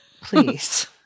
Please